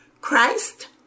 Christ